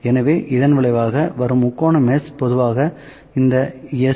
எனவே இதன் விளைவாக வரும் முக்கோண மெஷ் பொதுவாக இந்த எஸ்